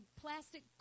plastic